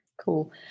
Cool